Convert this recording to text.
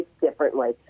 differently